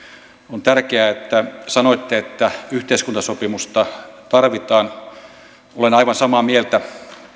on tärkeää että sanoitte että yhteiskuntasopimusta tarvitaan olen aivan samaa mieltä